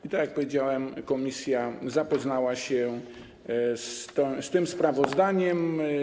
I tak jak powiedziałem, komisja zapoznała się z tym sprawozdaniem.